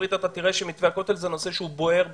הברית ואתה תראה שמתווה הכותל זה נושא שבוער בליבם.